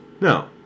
No